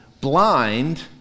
Blind